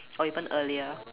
or even earlier